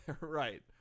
Right